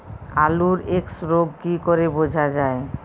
আলুর এক্সরোগ কি করে বোঝা যায়?